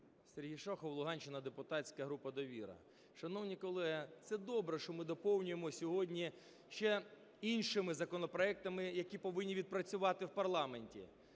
Сергій Шахов, Луганщина, депутатська група "Довіра". Шановні колеги, це добре, що ми доповнюємо сьогодні ще іншими законопроектами, які повинні відпрацювати в парламенті.